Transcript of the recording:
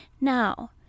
Now